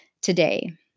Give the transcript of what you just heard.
today